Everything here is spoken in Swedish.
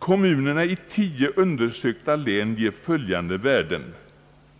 Kommunerna i tio undersökta län ger följande värden: